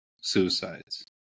suicides